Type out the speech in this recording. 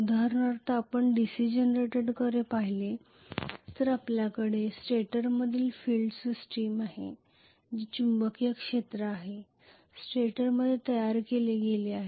उदाहरणार्थ आपण DC जनरेटरकडे पाहिले तर आपल्याकडे स्टेटरमधील फील्ड सिस्टम आहे जे चुंबकीय क्षेत्र आहे स्टेटरमध्ये तयार केले गेले आहे